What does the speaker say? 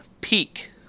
peak